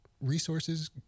resources